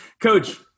Coach